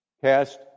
Cast